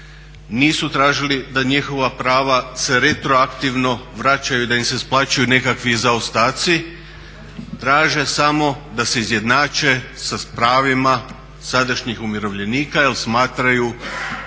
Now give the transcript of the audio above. nisu tražili da njihova prava se retroaktivno vraćaju i da im se isplaćuju nekakvi zaostaci, traže samo da se izjednače sa pravima sadašnjih umirovljenika jer smatraju